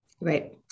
Right